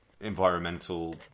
environmental